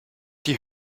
die